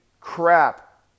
crap